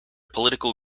political